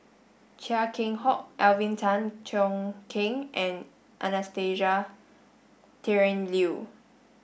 Chia Keng Hock Alvin Tan Cheong Kheng and Anastasia Tjendri Liew